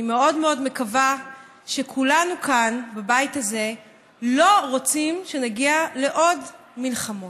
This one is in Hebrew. אני מאוד מאוד מקווה שכולנו כאן בבית הזה לא רוצים שנגיע לעוד מלחמות.